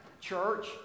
church